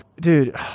dude